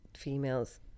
Females